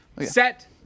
set